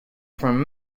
from